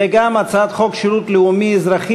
וגם הצעת חוק שירות לאומי-אזרחי,